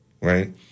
right